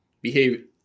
behave